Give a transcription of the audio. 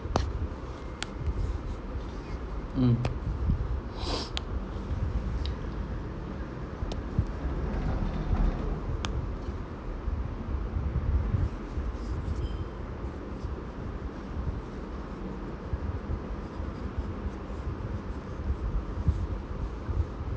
mm